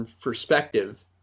perspective –